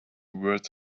words